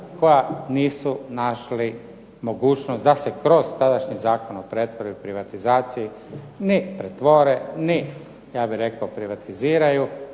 koja nisu našli mogućnost da se kroz tadašnji Zakon o pretvorbi i privatizaciji ni pretvore ni privatiziraju,